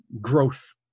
growth